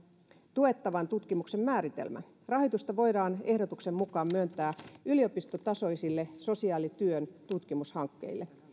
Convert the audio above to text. tuettavan tutkimuksen määritelmä rahoitusta voidaan ehdotuksen mukaan myöntää yliopistotasoisille sosiaalityön tutkimushankkeille